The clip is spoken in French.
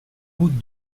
route